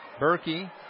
Berkey